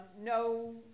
No